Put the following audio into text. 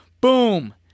boom